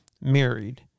married